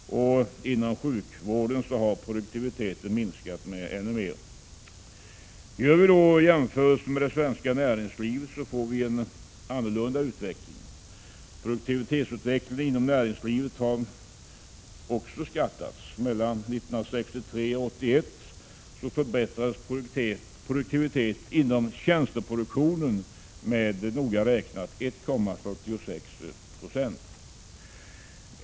Och inom sjukvården har produktiviteten minskat ännu mer. Gör vi jämförelser med det svenska näringslivet, finner vi en annorlunda utveckling. Produktivitetsutvecklingen inom näringslivet har också skattats. Mellan 1963 och 1981 förbättrades produktiviteten inom tjänsteproduktionen med noga räknat 1,46 90.